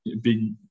big